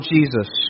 Jesus